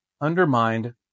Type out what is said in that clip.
Undermined